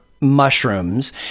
mushrooms